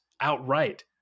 outright